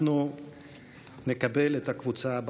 אנחנו נקבל את הקבוצה הבאה.